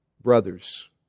Brothers